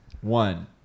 One